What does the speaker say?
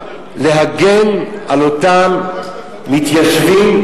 באה להגן על אותם מתיישבים,